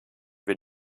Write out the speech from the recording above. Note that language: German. wir